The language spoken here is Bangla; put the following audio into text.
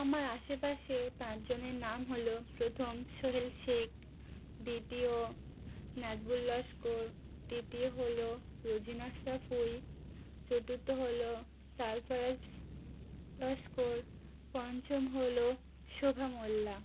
আমার আশেপাশে পাঁচজনের নাম হল প্রথম সোহেল শেখ দ্বিতীয় নাজবুল লস্কর তৃতীয় হল রুজিনা সাঁপুই চতুর্থ হল সারফরাজ লস্কর পঞ্চম হল শোভা মোল্লা